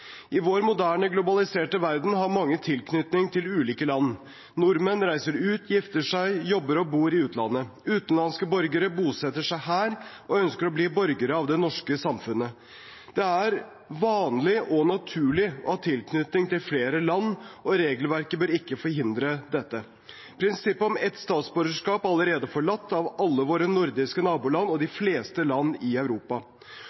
I vår moderne, globaliserte verden har mange tilknytning til ulike land. Nordmenn reiser ut, gifter seg, jobber og bor i utlandet. Utenlandske borgere bosetter seg her og ønsker å bli borgere av det norske samfunnet. Det er vanlig og naturlig å ha tilknytning til flere land, og regelverket bør ikke forhindre dette. Prinsippet om ett statsborgerskap er allerede forlatt av alle våre nordiske naboland og av de fleste land i Europa.